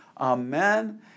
amen